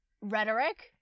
Rhetoric